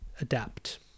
adapt